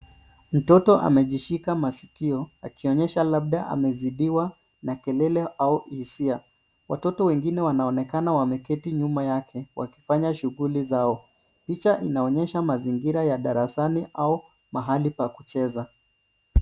Mtoto amejishika masikio, akionyesha labda amezidiwa nakelele au hisia . Watoto wengine wanaonekana wameketi nyuma yake wakifanya shughuli zao. Picha inaonyesha mazingira ya darasani au mahali pa kucheza.